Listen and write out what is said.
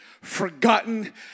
forgotten